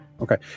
okay